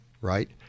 Right